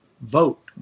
vote